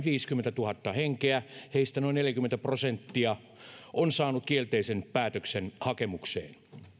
viisikymmentätuhatta henkeä heistä noin neljäkymmentä prosenttia on saanut kielteisen päätöksen hakemukseen